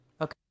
okay